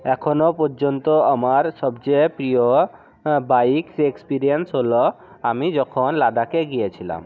এখনও পর্যন্ত আমার সবচেয়ে প্রিয় হ্যাঁ বাইক এক্সপিরিয়েন্স হলো আমি যখন লাদাখে গিয়েছিলাম